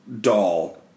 doll